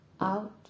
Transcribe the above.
out